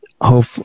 hope